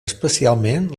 especialment